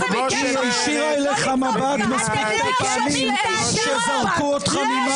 היא הישירה אליך מבט מספיק פעמים כשזרקו אותך ממח"ש.